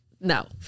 no